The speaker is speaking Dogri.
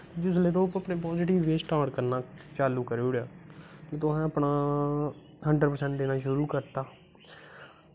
जिसलै तुसें अपना पाज़िटिव वे स्टार्ट करना चाल्लू करी ओड़ेआ तां तुसें अपना हंडर्ड परसैंट देना शुरू करी दित्ता